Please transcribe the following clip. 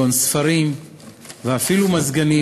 ספרים ואפילו מזגנים,